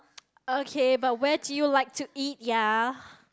okay but where do you like to eat ya